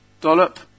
dollop